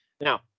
Now